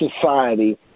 society